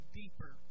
deeper